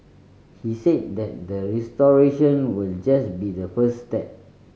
he said that the restoration will just be the first step